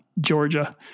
Georgia